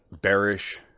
bearish